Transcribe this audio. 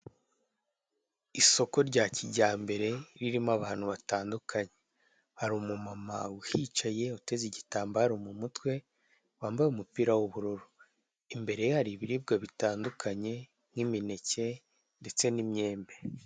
Isoko rya kijyambere ririmo abantu batandukanye hari umumama uhicaye uteze igitambaro mu mutwe wambaye umupira w'ubururu, imbere ye hari ibiriba bitandukanye nk'imineke ndetse n'imyembe.